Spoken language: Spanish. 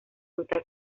fruta